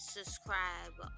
Subscribe